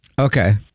Okay